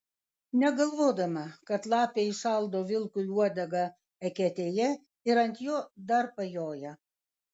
negalvodama kad lapė įšaldo vilkui uodegą eketėje ir ant jo dar pajoja